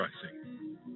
pricing